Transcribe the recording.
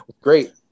Great